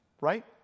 Right